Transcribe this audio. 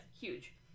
Huge